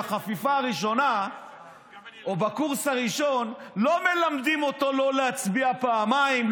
בחפיפה הראשונה או בקורס הראשון לא מלמדים אותו לא להצביע פעמיים,